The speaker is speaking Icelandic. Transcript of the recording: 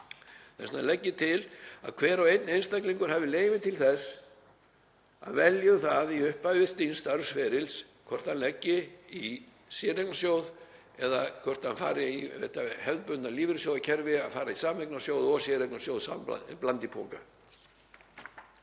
Þess vegna legg ég til að hver og einn einstaklingur hafi leyfi til þess að velja um það í upphafi síns starfsferils hvort hann leggi í séreignarsjóð eða hvort hann fari í þetta hefðbundna lífeyrissjóðakerfi, fari í sameignarsjóð og séreignarsjóð, bland í poka.